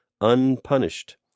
unpunished